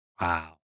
Wow